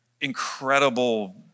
incredible